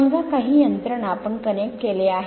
समजा काही यंत्रणा आपण कनेक्ट केले आहे